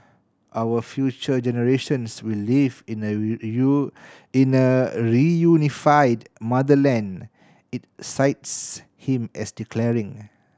our future generations will live in a in a reunified motherland it cites him as declaring